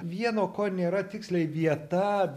vieno ko nėra tiksliai vieta